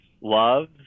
love